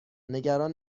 نگران